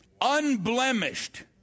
Unblemished